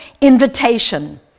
invitation